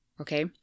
Okay